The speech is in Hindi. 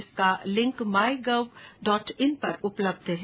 इसका लिंक माईगवडॉटइन पर उपलब्ध है